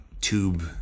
tube